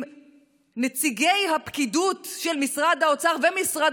אם נציגי הפקידות של משרד האוצר ומשרד